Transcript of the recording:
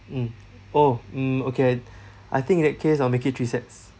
mm oh mm okay I think in that case I'll make it three sets